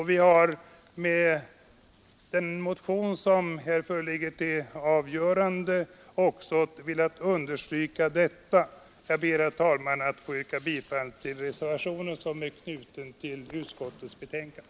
Vi har med den motion som här föreligger till avgörande också velat understryka detta. Jag ber, herr talman, att få yrka bifall till den reservation som är knuten till utskottets betänkande.